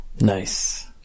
Nice